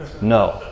No